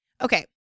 Okay